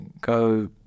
go